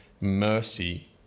mercy